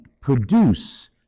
produce